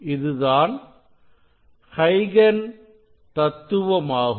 இது தான் ஐகன் தத்துவமாகும்